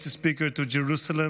עד שאקבל לידיי את הרשימה,